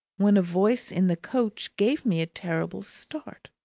when a voice in the coach gave me a terrible start.